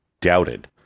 doubted